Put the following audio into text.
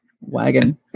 Wagon